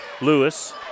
Lewis